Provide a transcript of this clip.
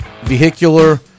vehicular